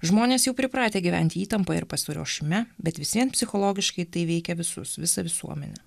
žmonės jau pripratę gyventi įtampoj ir pasiruošime bet vis vien psichologiškai tai veikia visus visą visuomenę